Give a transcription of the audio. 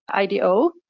IDO